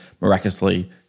miraculously